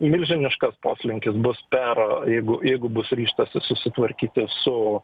milžiniškas poslinkis bus per jeigu jeigu bus ryžtasi susitvarkyti su